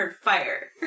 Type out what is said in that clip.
Fire